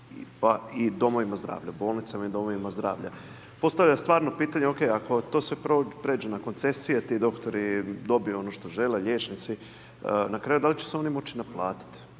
koji HZZO ima prema bolnicama i domovima zdravlja. Postavljam stvarno pitanje, ok, ako sve to pređe na koncesije, ti doktori, dobiju ono što žele, liječnici, na kraju, da li će se oni moći naplatiti?